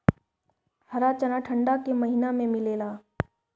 हरा चना ठंडा के महिना में मिलेला